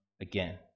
again